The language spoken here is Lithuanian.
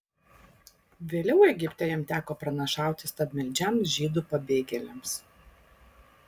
vėliau egipte jam teko pranašauti stabmeldžiams žydų pabėgėliams